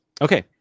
Okay